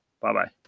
Bye-bye